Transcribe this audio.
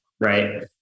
Right